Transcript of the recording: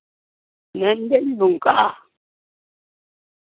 ᱢᱮᱱ ᱫᱟᱹᱧ ᱱᱚᱝᱟ